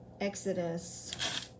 exodus